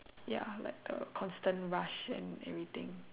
ya like the constant rush and everything